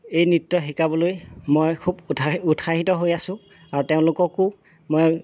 এই নৃত্য শিকাবলৈ মই খুব উৎসা উৎসাহিত হৈ আছো আৰু তেওঁলোককো মই